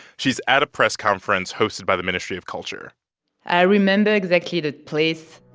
she's at a press conference hosted by the ministry of culture i remember exactly the place.